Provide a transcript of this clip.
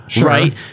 right